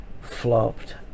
flopped